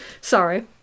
Sorry